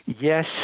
yes